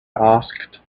asked